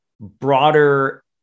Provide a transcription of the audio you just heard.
broader